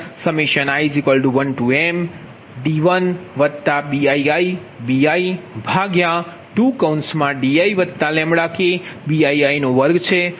ફક્ત તે બધા મૂલ્યો મૂકો